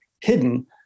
hidden